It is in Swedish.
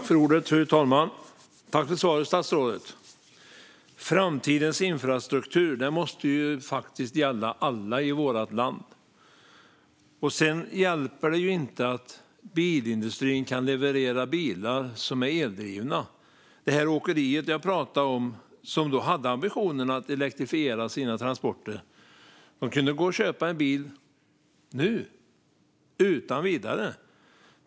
Fru talman! Tack, statsrådet, för svaret! Framtidens infrastruktur måste gälla alla i vårt land. Det hjälper inte att bilindustrin kan leverera bilar som är eldrivna. Det åkeri jag pratade om, som hade ambitionen att elektrifiera sina transporter, skulle kunna gå och köpa en bil nu, utan vidare.